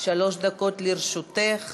שלוש דקות לרשותך